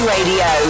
Radio